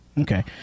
Okay